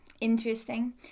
interesting